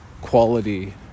quality